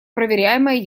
проверяемое